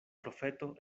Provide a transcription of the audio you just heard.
profeto